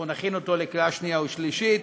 אנחנו נכין אותו לקריאה שנייה ושלישית,